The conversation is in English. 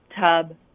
tub